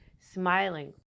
smiling